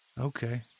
Okay